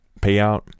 payout